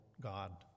God